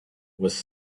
was